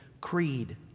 creed